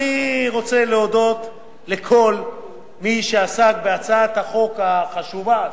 אני רוצה להודות לכל מי שעסק בהצעת החוק החשובה הזאת,